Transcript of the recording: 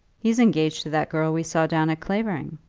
he's engaged to that girl we saw down at clavering.